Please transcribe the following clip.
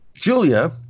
Julia